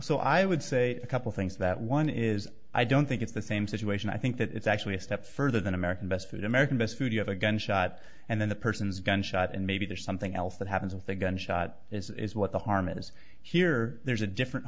so i would say a couple things that one is i don't think it's the same situation i think that it's actually a step further than american best food american best food you have a gunshot and then the person's gunshot and maybe there's something else that happens with the gunshot is what the harm is here there's a different